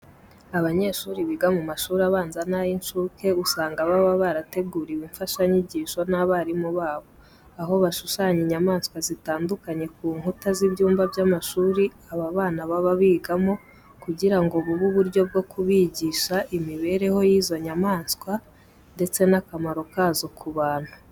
Abanyeshuri biga mu mashuri abanza n'ay'incuke usanga baba barateguriwe imfashanyigisho n'abarimu babo, aho bashushanya inyamaswa zitandukanye ku nkuta z'ibyumba by'amashuri aba bana baba bigamo kugira ngo bube uburyo bwo kubigisha imibereho y'izo nyamaswa ndetse n'akamaro kazo ku bantu.